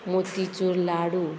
motichoor लाडू